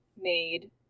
made